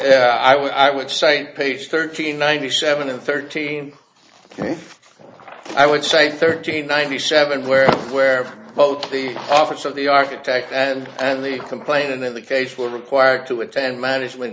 would i would cite page thirteen ninety seven and thirteen and i would say thirteen ninety seven where where both the office of the architect and and the complainant in the case were required to attend management